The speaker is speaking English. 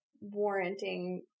warranting